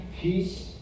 peace